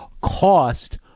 cost